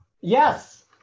Yes